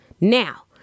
Now